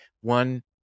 One